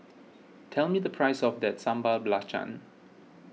tell me the price of that Sambal Belacan